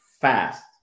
fast